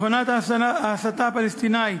מכונת ההסתה הפלסטינית,